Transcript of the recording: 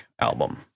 album